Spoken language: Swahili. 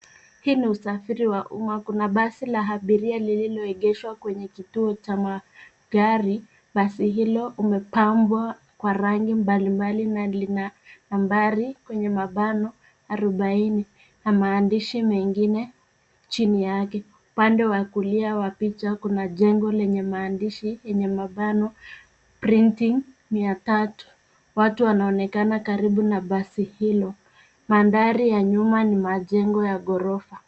Hii ni usafiri wa umma. Kuna basi la abiria lililoegeshwa kwenye kituo cha magari. Basi hilo limepambwa kwa rangi mbalimbali na lina nambari kwenye mabano arobaini na maandishi mengine chini yake. Upande wa kulia wa picha kuna jengo lenye maandishi yenye mabano Printing mia tatu. Watu wanaonekana karibu na basi hilo. Mandhari ya nyuma ni majengo ya ghorofa.